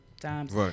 times